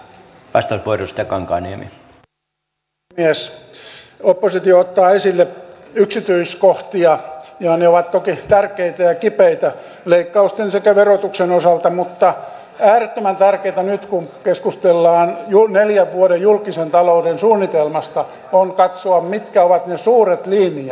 oppositio ottaa esille yksityiskohtia ja ne ovat toki tärkeitä ja kipeitä leikkausten sekä verotuksen osalta mutta äärettömän tärkeätä nyt kun keskustellaan julkisen talouden neljän vuoden suunnitelmasta on katsoa mitkä ovat ne suuret linjat